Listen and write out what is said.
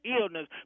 illness